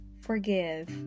Forgive